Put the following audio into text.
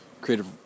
creative